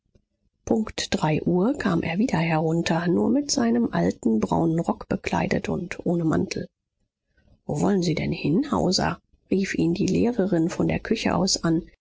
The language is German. punkt drei uhr kam er wieder herunter nur mit seinem alten braunen rock bekleidet und ohne mantel wo wollen sie denn hin hauser rief ihn die lehrerin von der küche aus an